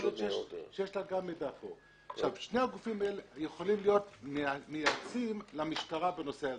שני הגופים האלה יכולים להיות מייעצים למשטרה בנושא הזה.